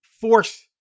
force